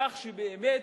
כך שבאמת,